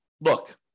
look